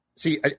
See